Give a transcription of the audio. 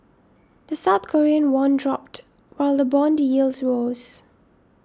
the South Korean won dropped while the bond yields rose